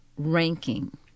Ranking